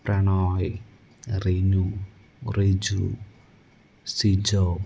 Prannoy Rinu Riju Sijo